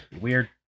Weird